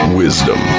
wisdom